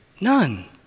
None